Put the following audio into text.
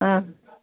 अँ